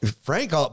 Frank